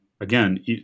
again